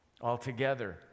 altogether